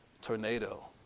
tornado